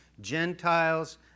Gentiles